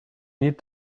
need